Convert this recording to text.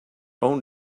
own